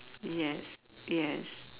yes yes